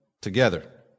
together